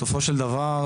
בסופו של דבר,